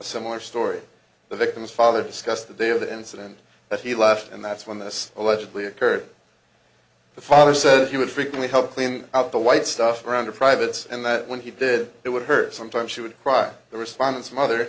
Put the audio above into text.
similar story the victim's father discussed the day of the incident that he left and that's when this allegedly occurred the father says he would frequently help clean out the white stuff around her privates and that when he did it would hurt sometimes she would cry the respondents mother